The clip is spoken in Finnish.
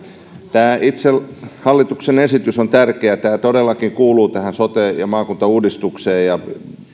tämä itse hallituksen esitys on tärkeä tämä todellakin kuuluu tähän sote ja maakuntauudistukseen ja